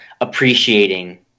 appreciating